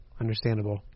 understandable